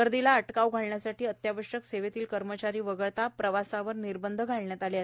गर्दीला अटकाव घालण्यासाठी अत्यावश्यक सेवेतले कर्मचारी वगळता प्रवासावर निर्बंध घालण्यात आले आहेत